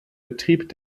betrieb